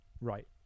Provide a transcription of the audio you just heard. Right